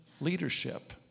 leadership